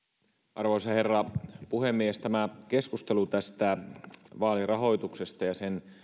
arvoisa herra puhemies tämä keskustelu vaalirahoituksesta ja sen